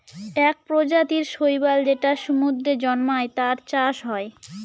এক প্রজাতির শৈবাল যেটা সমুদ্রে জন্মায়, তার চাষ হয়